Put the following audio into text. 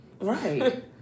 Right